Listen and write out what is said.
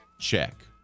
Check